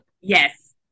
Yes